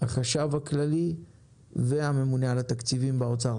החשב הכללי והממונה על התקציבים באוצר,